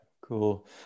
Cool